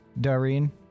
Doreen